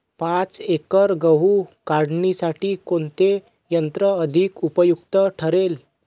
पाच एकर गहू काढणीसाठी कोणते यंत्र अधिक उपयुक्त ठरेल?